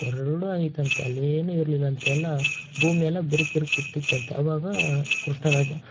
ಬರಡೂ ಆಗಿತ್ತಂತೆ ಅಲ್ಲೇನೂ ಇರ್ಲಿಲ್ಲಂತೆ ಎಲ್ಲ ಭೂಮಿಯೆಲ್ಲ ಬಿರ್ಕು ಬಿರ್ಕು ಬಿಟ್ಟಿತ್ತಂತೆ ಆವಾಗ ಕೃಷ್ಣರಾಜ